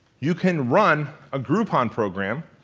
you can run a groupon program,